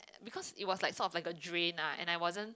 because it was like sort of like a drain ah and I wasn't